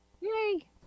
Yay